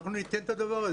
אנחנו ניתן את הדבר.